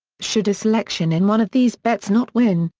should a selection in one of these bets not win,